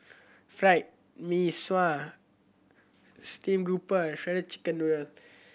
Fried Mee Sua steam grouper and shredded chicken noodle